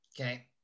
Okay